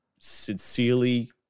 sincerely